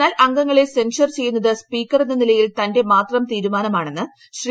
എന്നാൽ അംഗങ്ങളെ സെൻഷർ ചെയ്യുന്നത് സ്പീക്കറെന്ന നിലയിൽ തന്റെ മാത്രം തീരുമാനമാണെന്ന് ശ്രീ